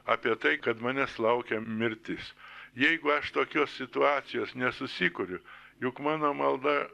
apie tai kad manęs laukia mirtis jeigu aš tokios situacijos nesusikuriu juk mano malda